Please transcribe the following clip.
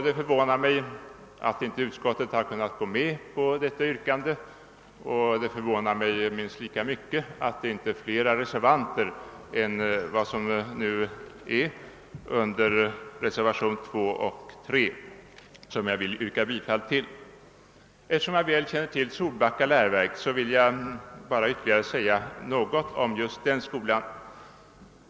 Det förvånar mig att inte utskottet har kunnat gå med på detta yrkande, och det förvånar mig minst lika mycket, att det inte finns flera reservanter under reservationerna 2 och 3, som jag vill yrka bifall till. Eftersom jag väl känner till Solbacka läroverk vill jag bara säga ytterligare något om just den skolan.